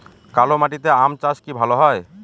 কালো মাটিতে আম চাষ কি ভালো হয়?